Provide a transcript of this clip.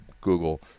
Google